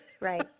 Right